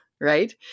right